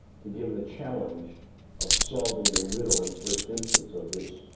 to give him the challenge of solving the riddle and first instance of this